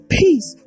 peace